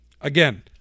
Again